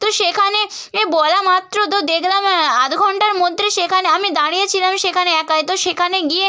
তো সেখানে এ বলা মাত্র তো দেখলাম আধ ঘণ্টার মধ্যে সেখানে আমি দাঁড়িয়েছিলাম সেখানে একাই তো সেখানে গিয়ে